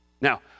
Now